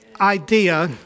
idea